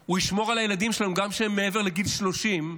הוא ישמור על הילדים שלנו גם כשהם מעבר לגיל 30,